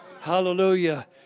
Hallelujah